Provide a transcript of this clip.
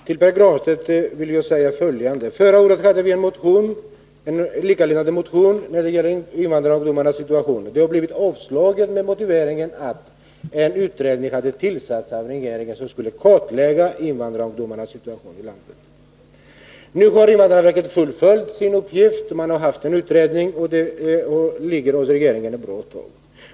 Herr talman! Till Pär Granstedt vill jag säga följande. Förra året hade vi en liknande motion beträffande invandrarungdomarnas situation. Den blev avslagen med motiveringen att en utredning hade tillsatts som skulle kartlägga invandrarungdomarnas situation i landet. Nu har invandrarverket fullföljt sin uppgift och gjort en utredning, vars resultat ligger hos regeringen sedan ett bra tag.